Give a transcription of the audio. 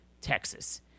Texas